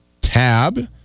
tab